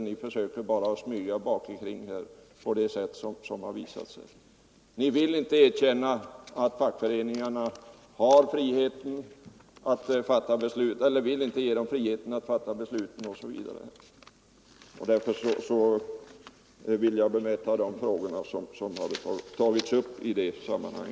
Ni vill inte att fackföreningarna skall ha sin frihet att själva fatta beslut, och jag har velat bemöta dem som talat för en sådan ordning.